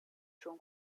schon